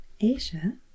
asia